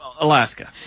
Alaska